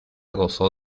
gozó